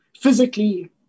physically